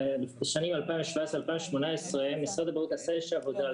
בשנים 2017-2018 משרד הבריאות עשה איזו שהיא עבודה על